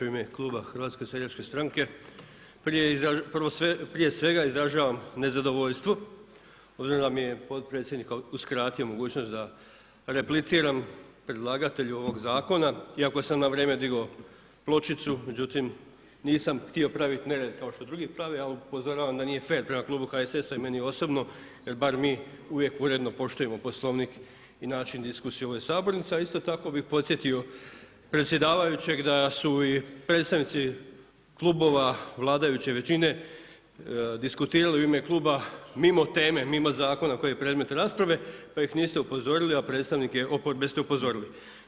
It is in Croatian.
U ime kluba HSS-a prije svega izražavam nezadovoljstvo obzirom da mi je potpredsjednik uskratio mogućnost da repliciram predlagatelju ovog zakona, iako sam na vrijeme digao pločicu, međutim nisam htio praviti nered kao što drugi prave, ali upozoravam da nije fer prema klubu HSS-a i meni osobno jer bar mi uvijek uredno poštujemo Poslovnik i način diskusije u ovoj sabornici a isto tako bi podsjetio predsjedavajućeg da su i predstavnici klubova vladajuće većine diskutirali u ime kluba mimo teme, mimo zakona koji je predmet rasprave pa ih niste upozorili a predstavnike oporbe ste upozorili.